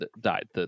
died